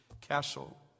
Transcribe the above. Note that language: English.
castle